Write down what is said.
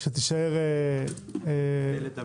שתישאר -- מובטלת תמיד.